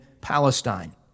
Palestine